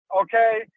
okay